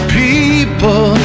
people